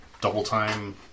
double-time